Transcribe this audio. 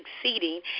succeeding